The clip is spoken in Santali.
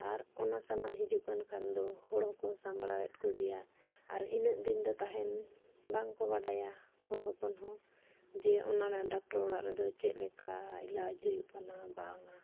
ᱟᱨ ᱚᱱᱟ ᱥᱟᱢᱟᱱ ᱦᱤᱡᱩᱜ ᱠᱟᱱ ᱠᱷᱟᱱ ᱫᱚ ᱦᱚᱲ ᱦᱚᱸᱠᱚ ᱥᱟᱢᱵᱟᱲᱟᱣᱮᱫ ᱠᱚᱜᱮᱭᱟ ᱟᱨ ᱤᱱᱟᱹᱜ ᱫᱤᱱ ᱫᱚ ᱛᱟᱦᱮᱱ ᱵᱟᱝ ᱠᱚ ᱵᱟᱰᱟᱭᱟ ᱦᱚᱲ ᱦᱚᱯᱚᱱ ᱦᱚᱸ ᱡᱮ ᱚᱱᱟ ᱨᱮᱱᱟᱜ ᱰᱟᱠᱴᱚᱨ ᱚᱲᱟᱜ ᱨᱮᱫᱚ ᱪᱮᱫ ᱞᱮᱠᱟ ᱤᱞᱟᱡᱽ ᱦᱩᱭᱩᱜ ᱠᱟᱱᱟ ᱵᱟᱝᱟ